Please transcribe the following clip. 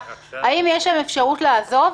האם יש להם אפשרות לעזוב?